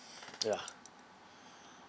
yeah